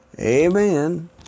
Amen